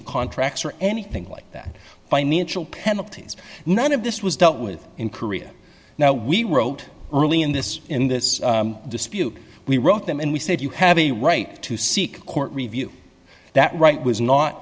of contracts or anything like that financial penalties none of this was dealt with in korea now we wrote early in this in this dispute we wrote them and we said you have a right to seek a court review that right was not